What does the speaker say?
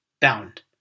bound